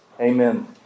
Amen